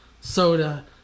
soda